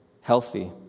healthy